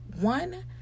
one